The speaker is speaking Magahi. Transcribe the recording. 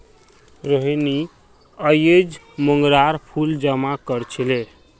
रोहिनी अयेज मोंगरार फूल जमा कर छीले